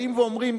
באים ואומרים,